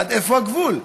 איפה הגבול?